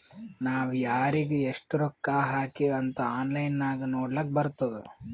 ನಾವ್ ಯಾರಿಗ್ ಎಷ್ಟ ರೊಕ್ಕಾ ಹಾಕಿವ್ ಅಂತ್ ಆನ್ಲೈನ್ ನಾಗ್ ನೋಡ್ಲಕ್ ಬರ್ತುದ್